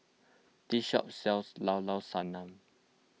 this shop sells Llao Llao Sanum